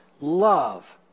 love